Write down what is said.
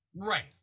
Right